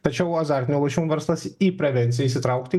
tačiau azartinių lošimų verslas į prevenciją įsitraukti